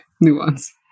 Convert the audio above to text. nuance